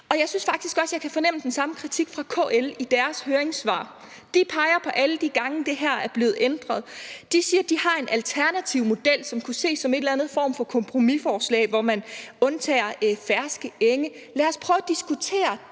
på. Jeg synes faktisk også, at jeg kan fornemme den samme kritik fra KL i deres høringssvar. De peger på alle de gange, det her er blevet ændret. De siger, at de har en alternativ model, som kunne ses som en form for kompromisforslag, hvor man undtager ferske enge. Lad os prøve at diskutere